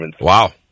Wow